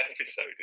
episode